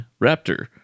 Raptor